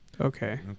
okay